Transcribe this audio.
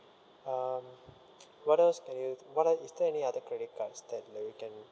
um what else can you what else is there any other credit cards that that we can